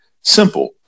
simple